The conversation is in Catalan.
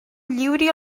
lliuri